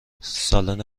سالن